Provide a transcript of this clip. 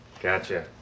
Gotcha